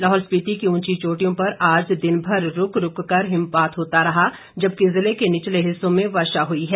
लाहौल स्पिति की ऊंची चोटियों पर आज दिनभर रूक रूक कर हिमपात होता रहा जबकि जिले के निचले हिस्सों में वर्षा हुई है